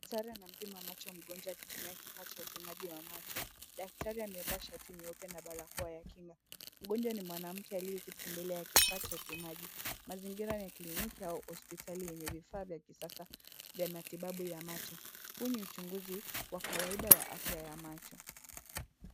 Daktari anampima mgonjwa macho akitumia kifaa cha upimaji wa macho. Daktari amevaa shati nyeupe na barakoa . Mgonjwa ni mwanamke aliyeketi mbele ya kifaa cha upimaji. Mazingira ni ya kliniki au hospitali yenye vifaa vya kisasa vya matibabu ya macho. Huu ni uchunguzi wa kawaida wa afya ya macho.